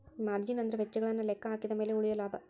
margin ಅಂದ್ರ ವೆಚ್ಚಗಳನ್ನ ಲೆಕ್ಕಹಾಕಿದ ಮ್ಯಾಲೆ ಉಳಿಯೊ ಲಾಭ